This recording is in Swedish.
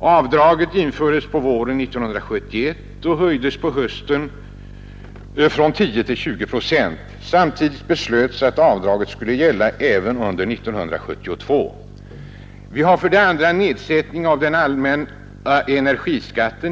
Det avdraget infördes på våren 1971 och höjdes på hösten samma år från 10 till 20 procent. Samtidigt beslöts att avdraget skulle gälla även under 1972. 2. Vi har vidare befrielsen från den allmänna energiskatten.